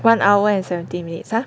one hour and seventeen minutes !huh!